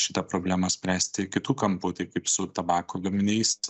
šitą problemą spręsti ir kitu kampu tai kaip su tabako gaminiais